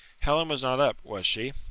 helen was not up, was she?